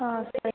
ಹಾಂ ಸರಿ